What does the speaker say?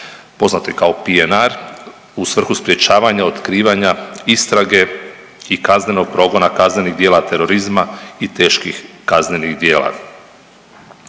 poznato i kao PNR u svrhu sprječavanja, otkrivanja, istrage i kaznenog progona kaznenih djela terorizma i teških kaznenih djela.